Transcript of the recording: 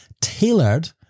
tailored